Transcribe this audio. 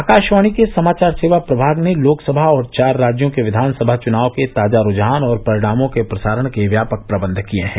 आकाशवाणी के समाचार सेवा प्रभाग ने लोकसभा और चार राज्यों के विधानसभा चुनाव के ताजा रूझान और परिणामों के प्रसारण के व्यापक प्रबंध किए हैं